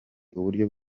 uburyo